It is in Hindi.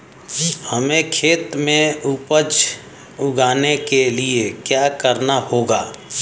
हमें खेत में उपज उगाने के लिये क्या करना होगा?